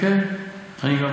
כן, גם אני מסכים.